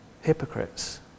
hypocrites